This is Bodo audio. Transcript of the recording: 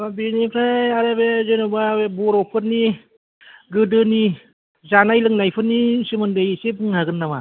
बिनिफ्राय आरो बे जेनेबा बर'फोरनि गोदोनि जानाय लोंनायफोरनि सोमोन्दै इसे बुंनो हागोन नामा